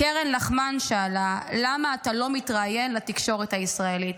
קרן לחמן שאלה: למה אתה לא מתראיין לתקשורת הישראלית?